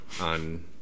on